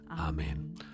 Amen